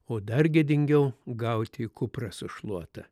o dar gėdingiau gauti į kuprą su šluota